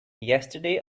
yesterday